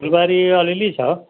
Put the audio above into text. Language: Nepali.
फुलबारी अलिअलि छ